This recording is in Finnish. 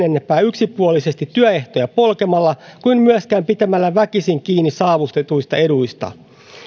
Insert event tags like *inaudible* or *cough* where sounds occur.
*unintelligible* enempää yksipuolisesti työehtoja polkemalla kuin myöskään pitämällä väkisin kiinni saavutetuista eduista